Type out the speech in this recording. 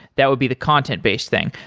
that would be the content based thing.